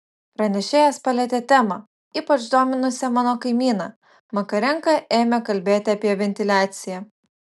pranešėjas palietė temą ypač dominusią mano kaimyną makarenka ėmė kalbėti apie ventiliaciją